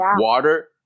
water